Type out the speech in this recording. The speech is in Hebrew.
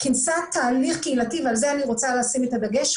כינסה תהליך קהילתי ועל זה אני רוצה לשים את הדגש,